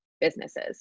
businesses